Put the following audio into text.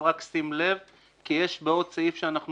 אבל רק שים לב כי יש בעוד סעיף שאנחנו